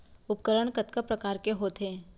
उपकरण कतका प्रकार के होथे?